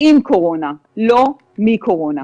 עם קורונה, לא מקורונה.